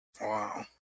Wow